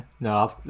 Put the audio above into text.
no